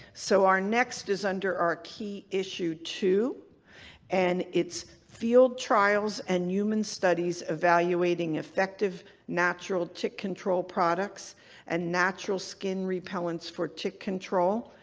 so our next is under our key issue two and it's, field trials and human studies evaluating effective natural tick control products and natural skin repellents for tick control,